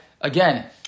Again